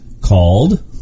called